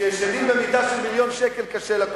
כשישנים במיטה של מיליון שקל, קשה לקום.